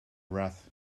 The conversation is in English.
wrath